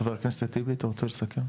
חבר הכנסת אחמד טיבי אתה רוצה לסכם?